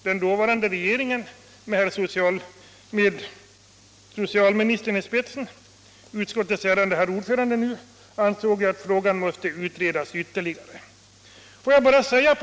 Den dåvarande regeringen, med socialministern, numera socialförsäkringsutskottets ärade herr ordförande, i spetsen ansåg att frågan måste utredas ytterligare.